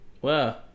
wow